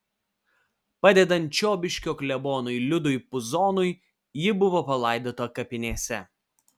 padedant čiobiškio klebonui liudui puzonui ji buvo palaidota kapinėse